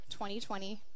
2020